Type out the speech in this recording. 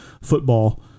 football